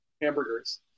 hamburgers